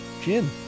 gin